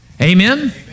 Amen